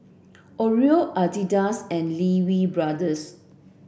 Oreo Adidas and Lee Wee Brothers